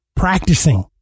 practicing